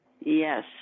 Yes